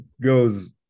goes